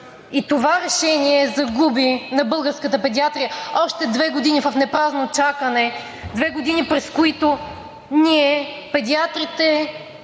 и това решение загуби на българската педиатрия още две години в напразно чакане, две години, през които ние, педиатрите,